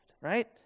right